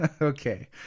Okay